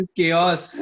chaos